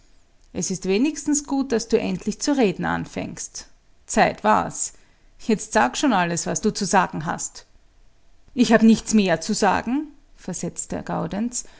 es ist wenigstens gut daß du endlich zu reden anfangst zeit war's jetzt sag schon alles was du zu sagen hast ich hab nichts mehr zu sagen versetzt der gaudenz